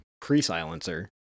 pre-silencer